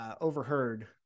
overheard